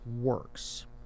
works